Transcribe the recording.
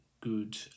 good